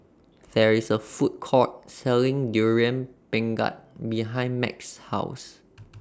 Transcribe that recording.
There IS A Food Court Selling Durian Pengat behind Max's House